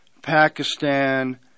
Pakistan